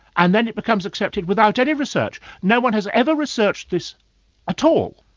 and then it becomes accepted without any research. no-one has ever researched this at all,